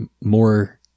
more